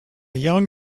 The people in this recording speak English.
young